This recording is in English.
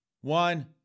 one